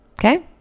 Okay